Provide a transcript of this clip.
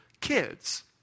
kids